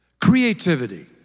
creativity